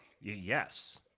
yes